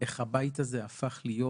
איך הבית הזה הפך להיות